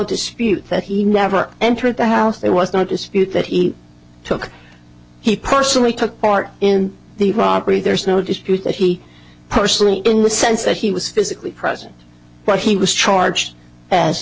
dispute that he never entered the house there was no dispute that he took he personally took part in the robbery there's no dispute that he personally in the sense that he was physically present but he was charged as